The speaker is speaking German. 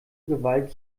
gewalt